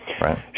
Right